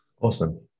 Awesome